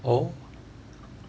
oh